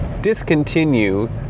discontinue